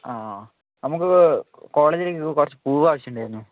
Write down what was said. ആ നമുക്ക് കോളേജിലേക്ക് കുറച്ച് പൂവ് ആവശ്യമുണ്ടായിരുന്നു